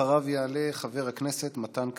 אחריו יעלה חבר הכנסת מתן כהנא.